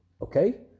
Okay